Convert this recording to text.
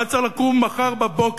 מה צריך לקום מחר בבוקר.